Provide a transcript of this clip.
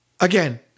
Again